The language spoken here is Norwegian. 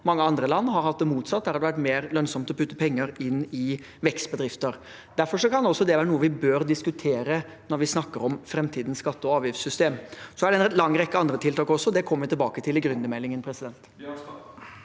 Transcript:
Mange andre land har hatt det motsatt, der har det vært mer lønnsomt å putte penger inn i vekstbedrifter. Derfor kan også det være noe vi bør diskutere når vi snakker om framtidens skatte- og avgiftssystem. Det er en lang rekke andre tiltak også, og det kommer vi tilbake til i gründermeldingen. Sivert